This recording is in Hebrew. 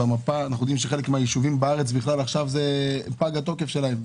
אנחנו יודעים שבחלק מן הישובים בארץ פג התוקף של הטבות המס.